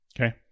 Okay